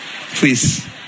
Please